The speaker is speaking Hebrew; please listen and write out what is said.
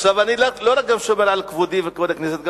עכשיו אני לא שומר רק על כבודי ועל כבוד הכנסת,